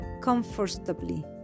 comfortably